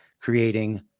creating